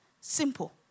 Simple